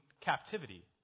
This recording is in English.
captivity